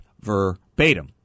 verbatim